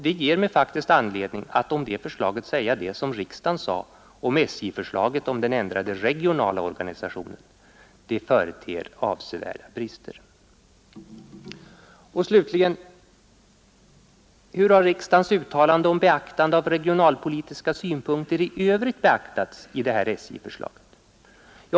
Det ger mig faktiskt anledning att om det förslaget säga det som riksdagen sade om SJ-förslaget om den ändrade regionala organisationen: Det företer avsevärda brister. Slutligen: Hur har riksdagens uttalande om beaktande av regionalpolitiska synpunkter i övrigt beaktats i det här SJ-förslaget?